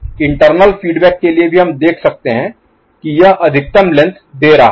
internal feedback के लिए भी हम देखते हैं कि यह अधिकतम लेंथ दे रहा है